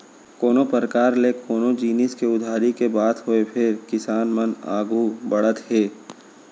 कोनों परकार ले कोनो जिनिस के उधारी के बात होय फेर किसान मन आघू बढ़त हे